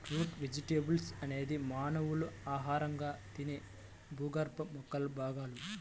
route vegetables అనేది మానవులు ఆహారంగా తినే భూగర్భ మొక్కల భాగాలు